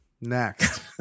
Next